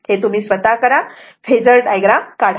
हे तुम्ही स्वतः करा फेजर डायग्राम काढा